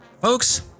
folks